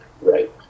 Right